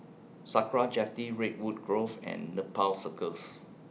Sakra Jetty Redwood Grove and Nepal Circus